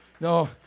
No